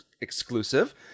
exclusive